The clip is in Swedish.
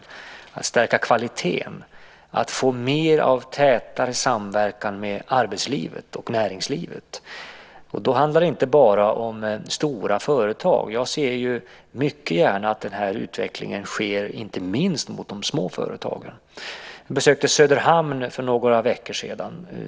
Det handlar om att höja kvaliteten och att få en tätare samverkan mellan arbetslivet och lärlingslivet. Då gäller det inte bara stora företag. Jag ser mycket gärna att denna utveckling inte minst sker mot de små företagen. För några veckor sedan besökte jag Söderhamn.